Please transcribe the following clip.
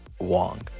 Wong